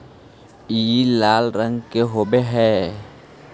ई लाल रंग के होब हई